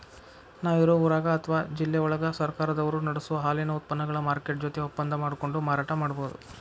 ನಾವ್ ಇರೋ ಊರಾಗ ಅತ್ವಾ ಜಿಲ್ಲೆವಳಗ ಸರ್ಕಾರದವರು ನಡಸೋ ಹಾಲಿನ ಉತ್ಪನಗಳ ಮಾರ್ಕೆಟ್ ಜೊತೆ ಒಪ್ಪಂದಾ ಮಾಡ್ಕೊಂಡು ಮಾರಾಟ ಮಾಡ್ಬಹುದು